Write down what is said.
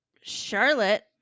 Charlotte